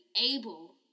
able